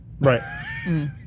Right